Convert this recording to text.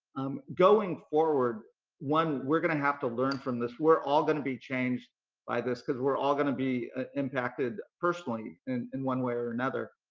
um going forward one, we're going to have to learn from this. we're all going to be changed by this because we're all going to be ah impacted personally and in one way or another.